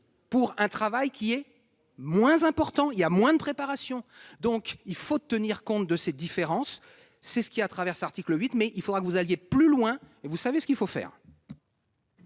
pour un travail moins important, qui nécessite moins de préparation. Il faut tenir compte de ces différences. C'est ce que fait cet article 8, mais il faudra que vous alliez plus loin, et vous savez ce qu'il faut faire